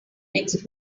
next